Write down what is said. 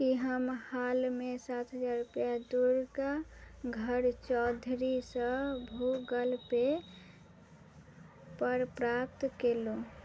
कि हम हालमे सात हजार रुपैआ दुर्गाधर चौधरीसँ गुगलपेपर प्राप्त कएलहुँ